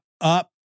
up